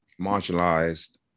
marginalized